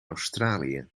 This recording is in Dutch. australië